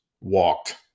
walked